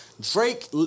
Drake